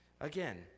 Again